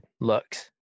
looks